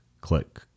click